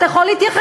אתה יכול להתייחס,